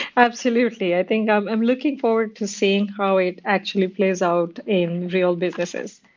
absolutely. i think i'm i'm looking forward to seeing how it actually plays out in real businesses.